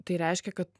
tai reiškia kad